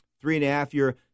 three-and-a-half-year